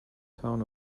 town